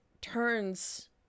turns